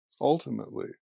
ultimately